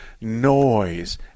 noise